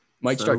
Mike